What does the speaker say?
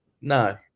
No